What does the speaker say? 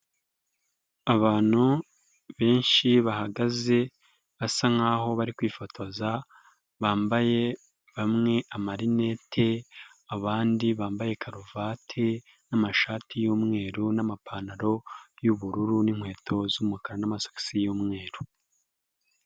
Abantu benshi bahagaze basa nkaho bari kwifotoza bambaye bamwe amarinete, abandi bambaye karuvate n'amashati y'umweru n'amapantaro y'ubururu n'inkweto z'umukara n'amasogisi y'umweru.